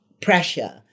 pressure